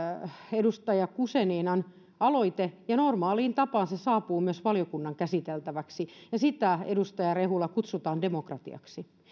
edustaja guzeninan aloite ja normaaliin tapaan se saapuu myös valiokunnan käsiteltäväksi ja sitä edustaja rehula kutsutaan demokratiaksi